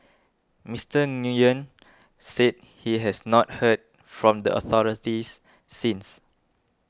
Mister Nguyen said he has not heard from the authorities since